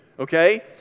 Okay